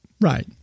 Right